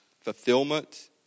fulfillment